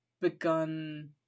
begun